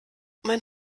mein